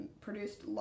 produced